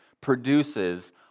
produces